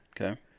Okay